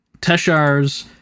teshar's